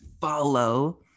follow